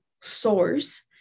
source